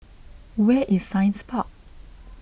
where is Science Park